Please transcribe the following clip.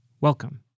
Welcome